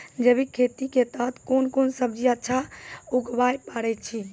जैविक खेती के तहत कोंन कोंन सब्जी अच्छा उगावय पारे छिय?